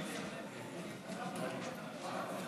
גברתי היושבת-ראש,